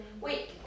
Wait